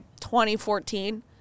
2014